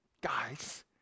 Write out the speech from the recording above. guys